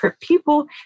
people